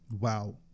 Wow